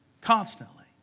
Constantly